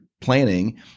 planning